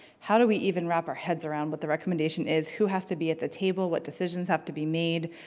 how do we even wrap our heads around what the recommendation is? who has to be at the table? what decisions have to be made?